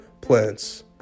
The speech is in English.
plants